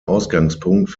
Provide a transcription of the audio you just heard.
ausgangspunkt